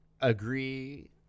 agree